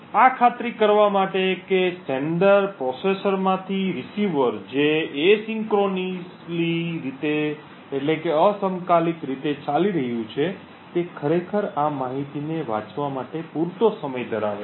આ ખાતરી કરવા માટે છે કે પ્રેષક પ્રક્રિયામાંથી રીસીવર જે અસમકાલીક રીતે ચાલી રહ્યું છે તે ખરેખર આ માહિતીને વાંચવા માટે પૂરતો સમય ધરાવે છે